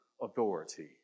authority